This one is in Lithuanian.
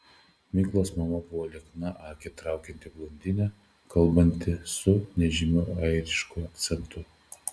miglos mama buvo liekna akį traukianti blondinė kalbanti su nežymiu airišku akcentu